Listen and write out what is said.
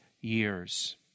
years